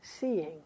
seeing